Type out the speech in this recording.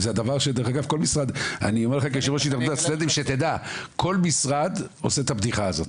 דרך אגב, כל משרד עושה את הבדיחה הזאת.